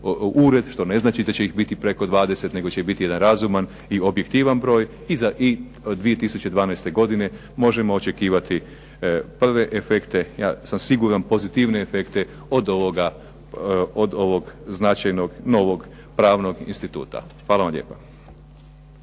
ured, što ne znači da će ih biti preko 20 nego će biti jedan razuman i objektivan broj i iza 2012. godine možemo očekivati prve efekte, ja sam siguran pozitivnije efekte od ovoga značajnog novog pravnog instituta. Hvala vam lijepa.